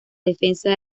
defensa